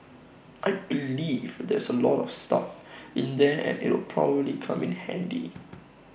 I believe there's A lot of stuff in there and IT will probably come in handy